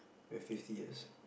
when fifty years